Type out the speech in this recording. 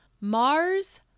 Mars